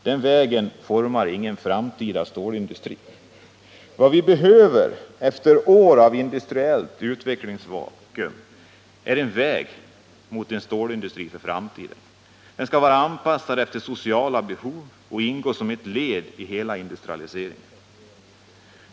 Den vägen formar ingen framtida stålindustri. Vad vi behöver efter år av industriellt utvecklingsvakuum är en väg mot en stålindustri för framtiden. Den skall vara anpassad efter sociala behov och ingå som ett led i hela industrialiseringen.